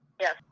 Yes